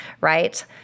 right